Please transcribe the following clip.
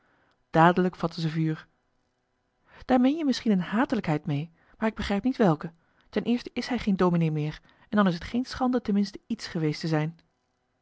dadelijk vatte ze vuur daar meen je misschien een hatelijkheid mee maar ik begrijp niet welke ten eerste is hij geen dominee meer en dan is t geen schande ten minste iets geweest te zijn